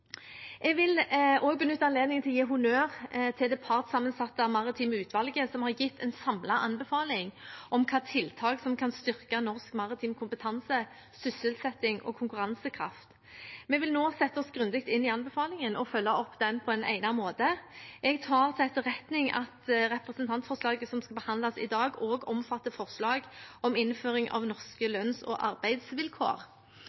Jeg vil også benytte anledningen til å gi honnør til det partssammensatte maritime utvalget, som har gitt en samlet anbefaling om hvilke tiltak som kan styrke norsk maritim kompetanse, sysselsetting og konkurransekraft. Vi vil nå sette oss grundig inn i anbefalingen og følge opp den på en egnet måte. Jeg tar til etterretning at representantforslaget som behandles i dag, også omfatter forslag om innføring av norske